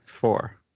Four